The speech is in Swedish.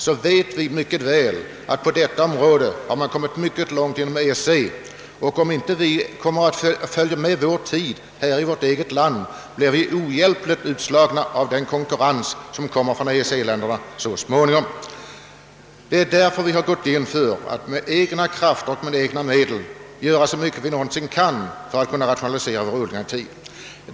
Vi vet mycket väl att man inom EEC har hunnit långt med rationaliseringen även på detta område. Om vi inte följer med vår tid här i landet, kommer vi ohjälpligt att så småningom slås ut i konkurrensen från EEC-länderna. Därför har fruktodlarna gått in för att med egna krafter och medel göra så mycket man någonsin kan för att i tid rationalisera odlingarna.